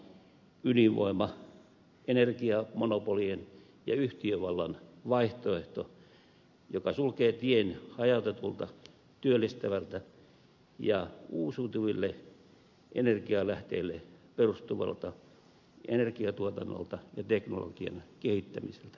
onhan ydinvoima energiamonopolien ja yhtiövallan vaihtoehto joka sulkee tien hajautetulta työllistävältä ja uusiutuville energialähteille perustuvalta energiatuotannolta ja teknologian kehittämiseltä uusien työpaikkojen luomiselta